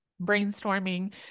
brainstorming